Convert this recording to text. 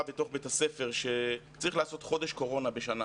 בתוך בית הספר שצריך לעשות חודש קורונה בשנה,